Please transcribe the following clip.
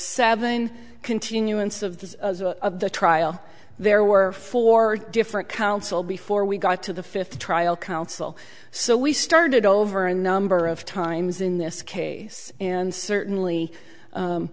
seven continuance of the trial there were four different counsel before we got to the fifth trial counsel so we started over a number of times in this case and certainly